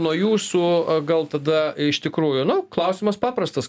nuo jūsų gal tada iš tikrųjų nu klausimas paprastas